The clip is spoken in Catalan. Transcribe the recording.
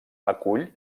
acull